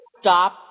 stop